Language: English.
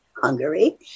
Hungary